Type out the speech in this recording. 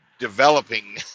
developing